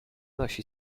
nosi